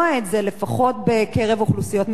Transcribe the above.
לפחות בקרב אוכלוסיות מסוימות.